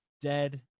dead